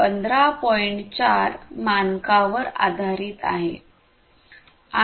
4 मानकांवर आधारित आहे